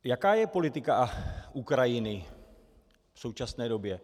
Jaká je politika Ukrajiny v současné době?